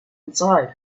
inside